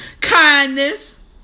Kindness